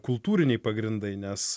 kultūriniai pagrindai nes